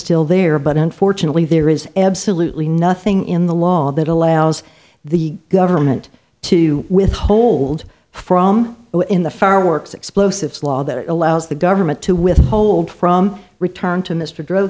still there but unfortunately there is absolutely nothing in the law that allows the government to withhold from the in the fireworks explosives law that allows the government to withhold from return to mr drove